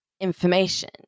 information